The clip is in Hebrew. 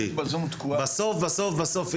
בסוף בסוף בסוף,